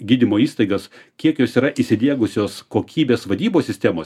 gydymo įstaigas kiek jos yra įsidiegusios kokybės vadybos sistemos